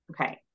Okay